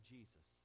Jesus